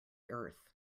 earth